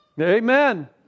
amen